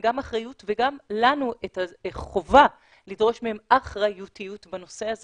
גם אחריות וגם לנו את החובה לדרוש מהן אחריותיות בנושא הזה